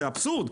זה אבסורד,